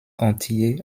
entier